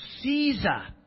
Caesar